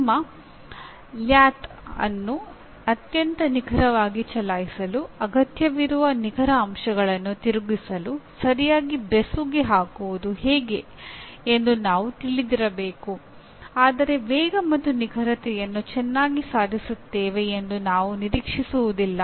ನಿಮ್ಮ ಲ್ಯಾಥ್ ಅನ್ನು ಅತ್ಯಂತ ನಿಖರವಾಗಿ ಚಲಾಯಿಸಲು ಅಗತ್ಯವಿರುವ ನಿಖರ ಅಂಶಗಳನ್ನು ತಿರುಗಿಸಲು ಸರಿಯಾಗಿ ಬೆಸುಗೆ ಹಾಕುವುದು ಹೇಗೆ ಎಂದು ನಾವು ತಿಳಿದಿರಬೇಕು ಆದರೆ ವೇಗ ಮತ್ತು ನಿಖರತೆಯನ್ನು ಚೆನ್ನಾಗಿ ಸಾಧಿಸುತ್ತೇವೆ ಎಂದು ನಾವು ನಿರೀಕ್ಷಿಸುವುದಿಲ್ಲ